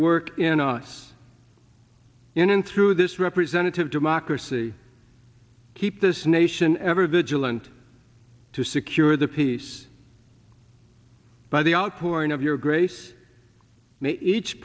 work in us in and through this representative democracy keep this nation ever vigilant to secure the peace by the outpouring of your grace